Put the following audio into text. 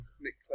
Nick